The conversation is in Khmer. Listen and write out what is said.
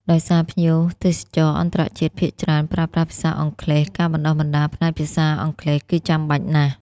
ដោយសារភ្ញៀវទេសចរអន្តរជាតិភាគច្រើនប្រើប្រាស់ភាសាអង់គ្លេស ការបណ្តុះបណ្តាលផ្នែកភាសាអង់គ្លេសគឺចាំបាច់ណាស់។